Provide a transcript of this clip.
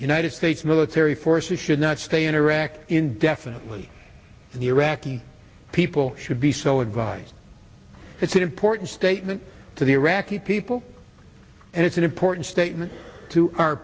united states military forces should not stay in iraq indefinitely the iraqi people should be celibate it's an important statement to the iraqi people and it's an important statement to our